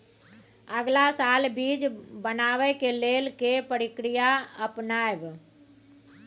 अगला साल बीज बनाबै के लेल के प्रक्रिया अपनाबय?